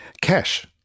Cash